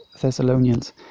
Thessalonians